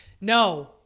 no